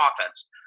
offense